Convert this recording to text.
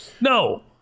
No